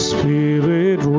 Spirit